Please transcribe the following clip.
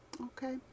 Okay